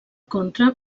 contra